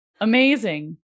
Amazing